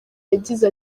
yagize